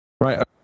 right